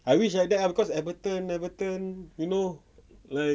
I wish like that ah cause ableton ableton you know like